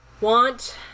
want